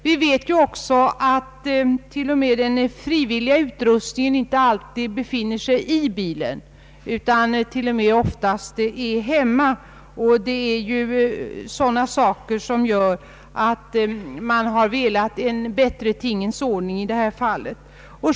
Vi vet också att den frivilliga utrustningen inte alltid befinner sig i bilen utan oftast är hemma. Sådana saker gör att man har velat få en bättre tingens ordning i detta fall.